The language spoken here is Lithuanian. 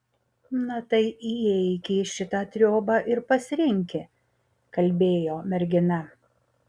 na tai įeiki į šitą triobą ir pasirinki kalbėjo mergina